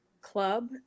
club